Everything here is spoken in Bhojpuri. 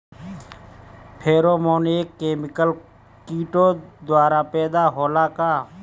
फेरोमोन एक केमिकल किटो द्वारा पैदा होला का?